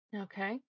Okay